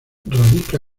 radica